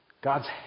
God's